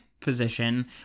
position